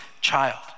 child